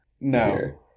No